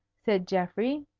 said geoffrey.